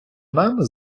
нами